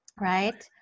right